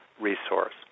resource